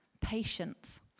patience